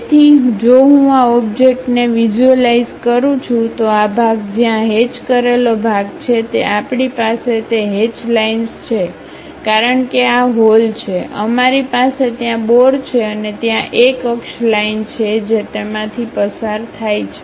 તેથી જો હું આ ઓબ્જેક્ટને વિઝ્યુલાઇઝ કરું છું તો આ ભાગ જ્યાં હેચ કરેલો ભાગ છે તે આપણી પાસે તે હેચ લાઈનસ છે કારણ કે આ હોલ છે અમારી પાસે ત્યાં બોર છે અને ત્યાં એક અક્ષ લાઇન છે જે તેમાંથી પસાર થાય છે